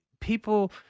People